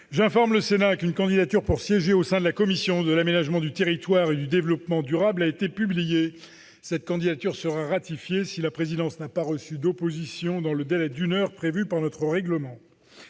J'informe le Sénat qu'une candidature pour siéger au sein de la commission de l'aménagement du territoire et du développement durable a été publiée. Cette candidature sera ratifiée si la présidence n'a pas reçu d'opposition dans le délai d'une heure prévu par notre règlement.